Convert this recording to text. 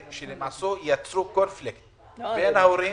נוצר קונפליקט בין ההורים